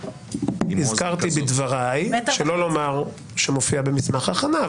הזכרתי בדבריי, שלא לומר שמופיע במסמך ההכנה.